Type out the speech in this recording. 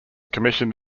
commissioned